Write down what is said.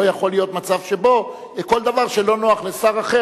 לא יכול להיות מצב שבו כל דבר שלא נוח לשר אחר,